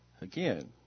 Again